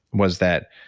was that,